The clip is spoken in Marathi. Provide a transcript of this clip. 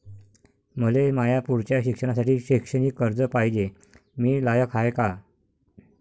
मले माया पुढच्या शिक्षणासाठी शैक्षणिक कर्ज पायजे, मी लायक हाय का?